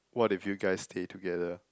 what if you guys stay together